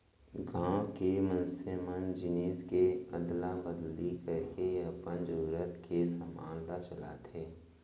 गाँव के मनसे मन जिनिस के अदला बदली करके अपन जरुरत के काम ल चलाथे